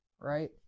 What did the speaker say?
right